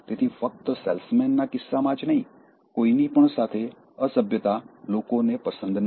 તેથી ફક્ત સેલ્સમેનના કિસ્સામાં જ નહીં કોઈની પણ સાથે અસભ્યતા લોકોને પસંદ નથી